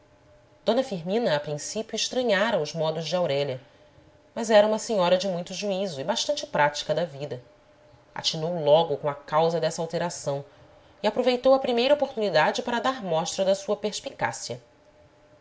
d firmina a princípio estranhara os modos de aurélia mas era uma senhora de muito juízo e bastante prática da vida atinou logo com a causa dessa alteração e aproveitou a primeira oportunidade para dar mostra da sua perspicácia